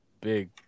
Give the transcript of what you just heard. big